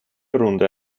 runde